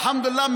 אלחמדולילה,